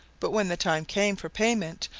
but when the time came for payment,